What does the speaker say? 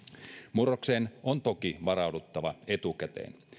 murrokseen on toki varauduttava etukäteen